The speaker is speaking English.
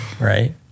right